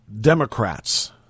Democrats